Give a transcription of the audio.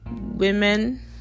women